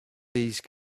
these